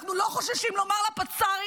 אנחנו לא חוששים לומר לפצ"רית